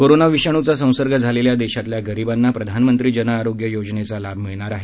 corona विषाणूचा संसर्ग झालेल्या देशातल्या गरीबांना प्रधानमंत्री जन आरोग्य योजनेचा लाभ मिळणार आहे